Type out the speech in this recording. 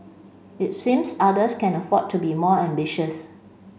it seems others can afford to be more ambitious